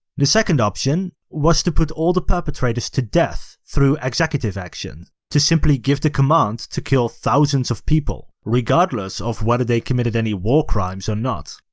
the second option was to put all the perpetrators to death through executive action, to simply give the command to kill thousands of people, regardless of whether they committed war crimes or not.